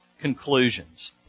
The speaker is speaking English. conclusions